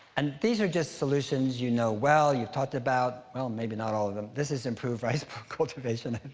and these are just solutions you know well, you've talked about. well, maybe not all of them. this is improve rice cultivation